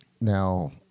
now